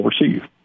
receive